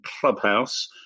Clubhouse